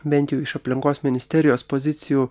bent jau iš aplinkos ministerijos pozicijų